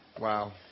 Wow